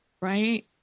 right